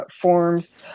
forms